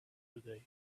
today